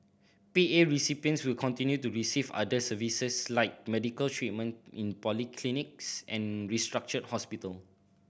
P A recipients who continue to receive other services like medical treatment in polyclinics and restructured hospital